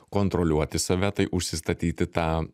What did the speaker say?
kontroliuoti save tai užsistatyti tą